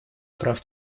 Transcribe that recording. прав